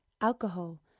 alcohol